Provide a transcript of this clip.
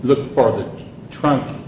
look for the trunk